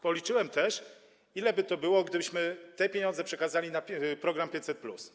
Policzyłem też, ile by to wyniosło, gdybyśmy te pieniądze przekazali na program 500+.